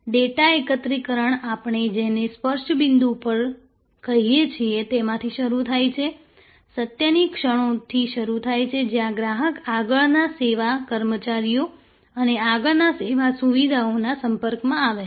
data એકત્રીકરણ આપણે જેને સ્પર્શ બિંદુ પણ કહીએ છીએ તેમાંથી શરૂ થાય છે સત્યની ક્ષણોથી શરૂ થાય છે જ્યાં ગ્રાહક આગળના સેવા કર્મચારીઓ અને આગળના સેવા સુવિધાઓના સંપર્કમાં આવે છે